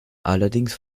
allerdings